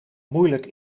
moeilijk